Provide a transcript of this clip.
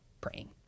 praying